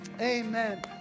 amen